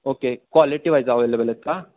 okay quality wise available आहेत का